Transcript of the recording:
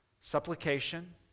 supplication